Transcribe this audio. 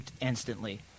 instantly